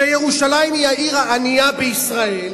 וכשירושלים היא העיר הענייה ביותר בישראל,